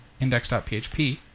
index.php